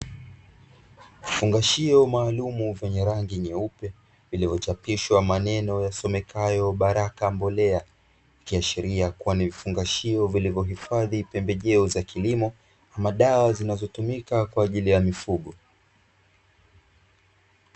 Vifungashio maalumu vyenye rangi nyeupe, vilivyochapishwa maneno yasomekayo "Baraka mbolea" ikiashiria kuwa ni vifungashio vilivyohifadhi pembejeo za kilimo, ama dawa zinazotumika kwa ajili ya mifugo.